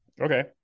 okay